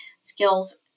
skills